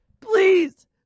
Please